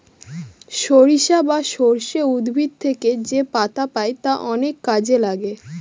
সরিষা বা সর্ষে উদ্ভিদ থেকে যেপাতা পাই তা অনেক কাজে লাগে